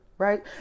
Right